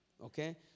Okay